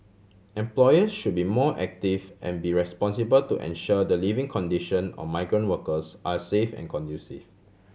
employer should be more active and be responsible to ensure the living condition or migrant workers are safe and conducive